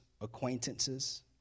acquaintances